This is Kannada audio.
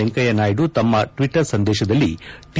ವೆಂಕಯ್ತ ನಾಯ್ತು ತಮ್ನ ಟ್ಟಟರ್ ಸಂದೇಶದಲ್ಲಿ ಟಿ